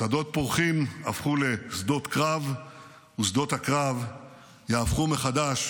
שדות פורחים הפכו לשדות קרב ושדות הקרב יהפכו מחדש